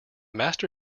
master